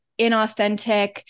inauthentic